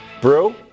Brew